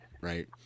Right